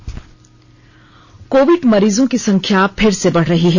शू रुआत कोविड मरीजों की संख्या फिर से बढ़ रही है